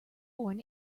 born